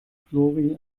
flori